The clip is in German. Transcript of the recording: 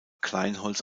kleinholz